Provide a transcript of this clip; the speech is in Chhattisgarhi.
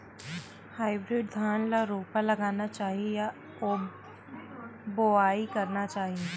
हाइब्रिड धान ल रोपा लगाना चाही या बोआई करना चाही?